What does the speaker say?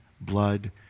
blood